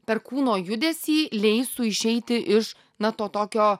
per kūno judesį leistų išeiti iš na to tokio